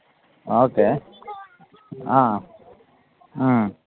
okay